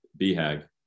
BHAG